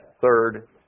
third